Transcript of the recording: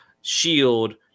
Shield